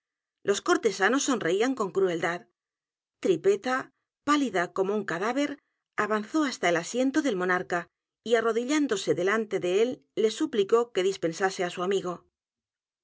los cortesanos sonreían con crueldad tripetta pálida como u n cadáver avanzó hasta el asiento del monarca y arrodillándose delante de él le suplicó que dispensase á su amigo